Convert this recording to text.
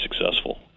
successful